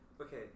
okay